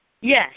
Yes